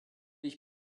ich